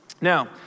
Now